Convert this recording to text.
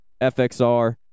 fxr